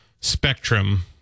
spectrum